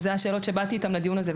זו השאלות שבאתי איתן לדיון הזה,